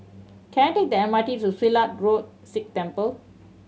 can I take the M R T to Silat Road Sikh Temple